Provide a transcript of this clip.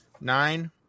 Nine